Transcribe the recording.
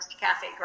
Cafe